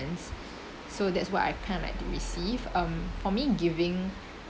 so that's why I kind of like to receive um for me giving